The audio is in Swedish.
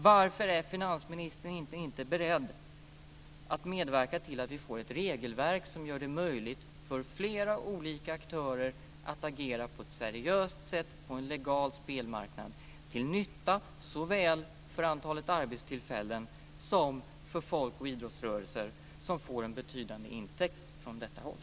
Varför är finansministern inte beredd att medverka till att vi får ett regelverk som gör det möjligt för flera olika aktörer att agera på ett seriöst sätt på en legal spelmarknad till nytta såväl för antalet arbetstillfällen som för folkoch idrottsrörelser som får en betydande intäkt från detta håll?